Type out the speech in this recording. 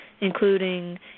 including